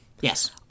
Yes